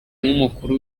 nk’umukuru